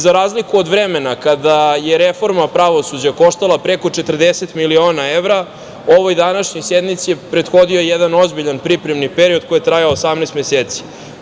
Za razliku od vremena kada je reforma pravosuđa koštala preko 40 miliona evra, ovoj današnjoj sednici prethodio je jedan ozbiljan pripremni period koji je trajao 18 meseci.